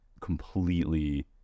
completely